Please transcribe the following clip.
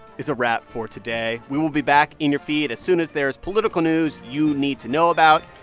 is a wrap for today. we will be back in your feed as soon as there is political news you need to know about.